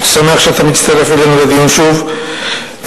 אני שמח שאתה מצטרף אלינו שוב לדיון.